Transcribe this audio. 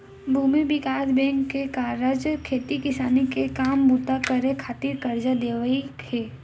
भूमि बिकास बेंक के कारज खेती किसानी के काम बूता करे खातिर करजा देवई हे